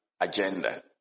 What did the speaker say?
agenda